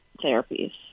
therapies